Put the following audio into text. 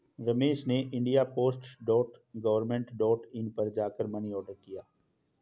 रमेश ने India post dot government dot in पर जा कर मनी ऑर्डर किया